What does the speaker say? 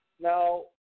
Now